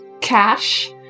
cash